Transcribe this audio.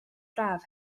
braf